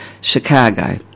Chicago